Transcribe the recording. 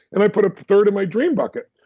and i'd put a third in my dream bucket.